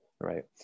right